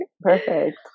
perfect